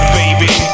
baby